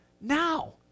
Now